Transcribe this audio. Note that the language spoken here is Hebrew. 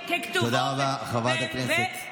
ככתבו, תודה רבה, חברת הכנסת קטי שטרית.